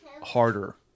Harder